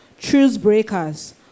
truth-breakers